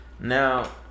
now